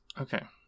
Okay